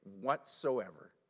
whatsoever